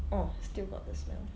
oh still got the smell